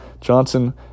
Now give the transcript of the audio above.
Johnson